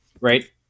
Right